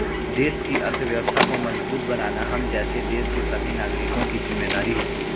देश की अर्थव्यवस्था को मजबूत बनाना हम जैसे देश के सभी नागरिकों की जिम्मेदारी है